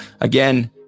again